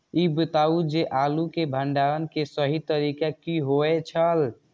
ई बताऊ जे आलू के भंडारण के सही तरीका की होय छल?